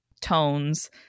tones